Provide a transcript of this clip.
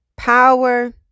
power